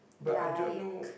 but I don't know